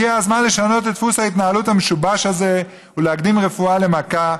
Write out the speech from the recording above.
הגיע הזמן לשנות את דפוס ההתנהלות המשובש הזה ולהקדים רפואה למכה.